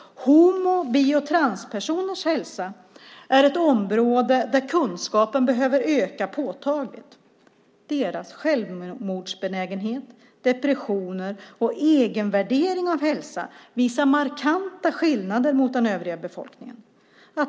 Homo-, bi och transpersoners hälsa är ett område där kunskapen behöver öka påtagligt. Deras självmordsbenägenhet, depressioner och egenvärdering av hälsa visar markanta skillnader mot den övriga befolkningen.